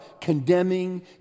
condemning